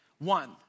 One